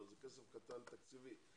אבל זה כסף קטן תקציבית,